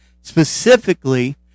specifically